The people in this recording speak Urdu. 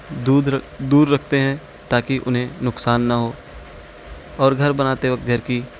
دودھ دور رکھتے ہیں تاکہ انہیں نقصان نہ ہو اور گھر بناتے وقت گھر کی